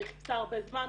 היא חיפשה הרבה זמן,